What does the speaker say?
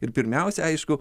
ir pirmiausia aišku